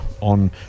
on